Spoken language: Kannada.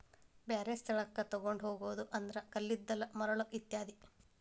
ಬ್ಯಾರೆ ಸ್ಥಳಕ್ಕ ತುಗೊಂಡ ಹೊಗುದು ಅಂದ್ರ ಕಲ್ಲಿದ್ದಲ, ಮರಳ ಇತ್ಯಾದಿ